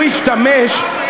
הוא השתמש,